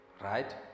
Right